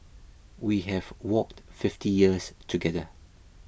we have walked fifty years together